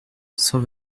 cent